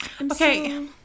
Okay